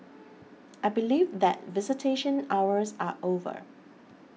I believe that visitation hours are over